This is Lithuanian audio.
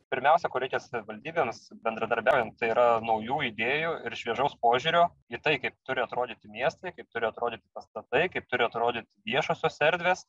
pirmiausia ko reikia savivaldybėms bendradarbiaujant tai yra naujų idėjų ir šviežaus požiūrio į tai kaip turi atrodyti miestai kaip turi atrodyti pastatai kaip turi atrodyti viešosios erdvės